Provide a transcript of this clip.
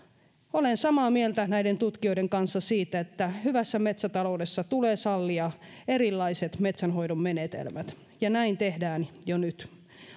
olen samaa mieltä näiden tutkijoiden kanssa siitä että hyvässä metsätaloudessa tulee sallia erilaiset metsänhoidon menetelmät ja näin tehdään jo nyt